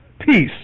peace